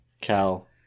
cal